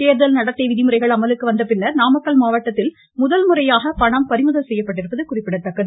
தேர்தல் நடத்தை விதிமுறைகள் அமலுக்கு வந்த பின்னர் நாமக்கல் மாவட்டத்தில் முதல்முறையாக பணம் பறிமுதல் செய்யப்பட்டுள்ளது குறிப்பிடத்தக்கது